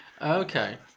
Okay